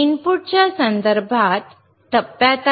इनपुटच्या संदर्भात टप्प्यात आहे